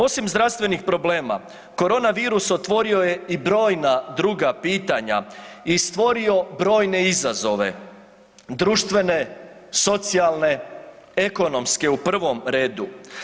Osim zdravstvenih problema korona virus otvorio je i brojna druga pitanja i stvorio brojne izazove, društvene, socijalne, ekonomske u prvom redu.